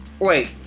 Wait